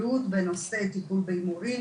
בנושא טיפול בהימורים,